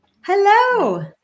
Hello